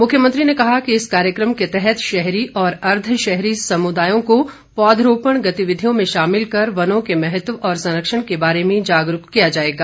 मुख्यमंत्री ने कहा कि इस कार्यक्रम के तहत शहरी और अर्द्वशहरी समुदायों को पौध रोपण गतिविधियों में शामिल कर वनों के महत्व और संरक्षण के बारे में जागरूक किया जाएगा